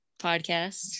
podcast